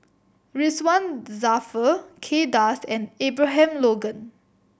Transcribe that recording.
Ridzwan Dzafir Kay Das and Abraham Logan